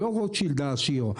לא רוטשילד העשיר,